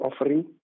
offering